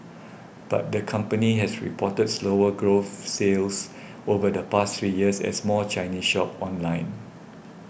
but the company has reported slower growth sales over the past three years as more Chinese shop online